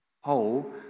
whole